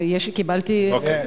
אוקיי,